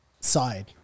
side